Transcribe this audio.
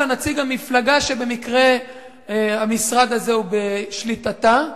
אלא נציג המפלגה שבמקרה המשרד הזה הוא בשליטתה,